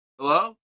Hello